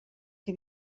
que